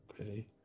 okay